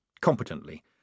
competently